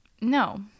No